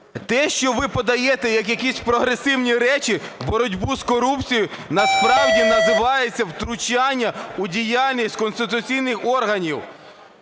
Те, що ви подаєте як якісь прогресивні речі, боротьбу з корупцією ,насправді називається втручання у діяльність конституційних органів.